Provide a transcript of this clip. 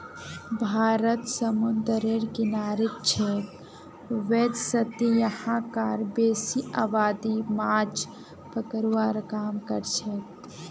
भारत समूंदरेर किनारित छेक वैदसती यहां कार बेसी आबादी माछ पकड़वार काम करछेक